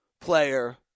player